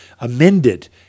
amended